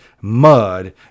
mud